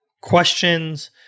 questions